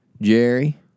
Jerry